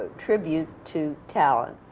tribute to talent,